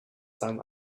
some